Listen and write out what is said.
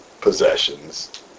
possessions